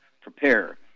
Prepare